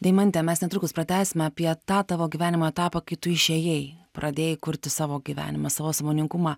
deimante mes netrukus pratęsime apie tą tavo gyvenimo etapą kai tu išėjai pradėjai kurti savo gyvenimą savo sąmoningumą